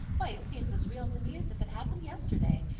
why, it seems as real to me as if it happened yesterday,